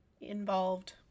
involved